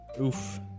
oof